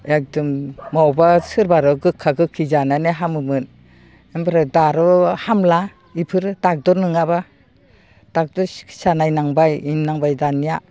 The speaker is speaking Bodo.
एकदम मावबा सोरबारो गोखा गोखै जानानै हामोमोन ओमफ्राय दा आरो हामला बेफोरो डक्टर नङाबा डक्टर सिकित्सा नायनांबाय मानांबाय दानिया